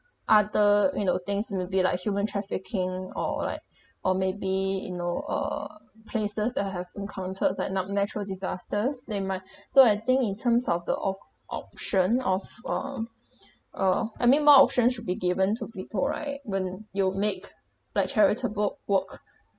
other you know things maybe like human trafficking or like or maybe you know uh places that I have encountered like natural disasters that might so I think in terms of the oh~ option of um uh I mean more option should be given to people right when you make like charitable work